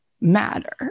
matter